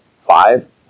five